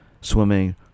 swimming